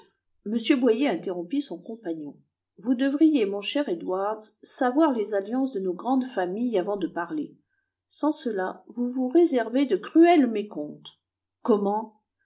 m boyer interrompit son compagnon vous devriez mon cher edwards savoir les alliances de nos grandes familles avant de parler sans cela vous vous réservez de cruels mécomptes comment